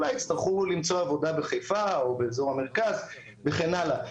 אולי יצטרכו למצוא עבודה בחיפה או באזור המרכז וכן הלאה.